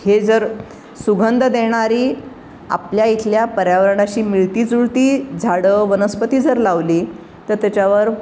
हे जर सुगंध देणारी आपल्या इथल्या पर्यावरणाशी मिळतीजुळती झाडं वनस्पती जर लावली तर त्याच्यावर